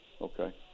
Okay